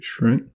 right